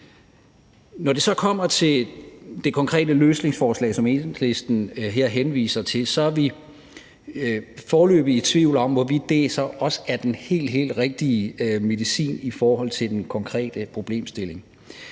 Når det så kommer til det konkrete løsningsforslag, som Enhedslisten her henviser til, så er vi foreløbig i tvivl om, hvorvidt det så også er den helt rigtige medicin i forhold til den konkrete problemstilling.